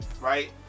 right